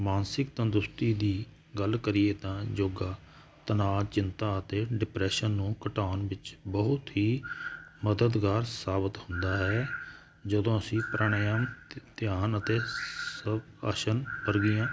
ਮਾਨਸਿਕ ਤੰਦਰੁਸਤੀ ਦੀ ਗੱਲ ਕਰੀਏ ਤਾਂ ਯੋਗਾ ਚਣਾਅ ਚਿੰਤਾ ਅਤੇ ਡਿਪਰੈਸ਼ਨ ਨੂੰ ਘਟਾਉਣ ਵਿੱਚ ਬਹੁਤ ਹੀ ਮਦਦਗਾਰ ਸਾਬਤ ਹੁੰਦਾ ਹੈ ਜਦੋਂ ਅਸੀਂ ਪ੍ਰਣਯਾਮ ਧਿਆਨ ਅਤੇ ਸਵ ਆਸਣ ਕਰਦੇ ਹਾਂ